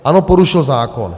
Ano, porušil zákon.